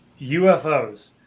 UFOs